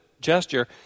gesture